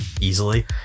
easily